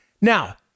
Now